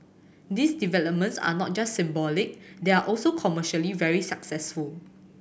these developments are not just symbolic they are also commercially very successful